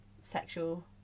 sexual